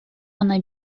гына